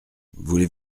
voulez